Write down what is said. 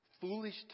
foolish